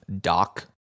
Doc